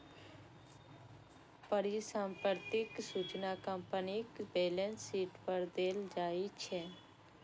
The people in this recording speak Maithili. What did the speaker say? परिसंपत्तिक सूचना कंपनीक बैलेंस शीट पर देल जाइ छै